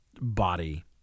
body